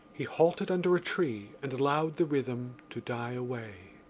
he halted under a tree and allowed the rhythm to die away.